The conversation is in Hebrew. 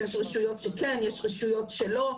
יש רשויות שכן, יש רשויות שלא.